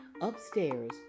Upstairs